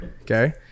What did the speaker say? Okay